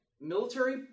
military